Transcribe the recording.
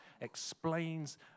explains